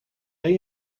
ben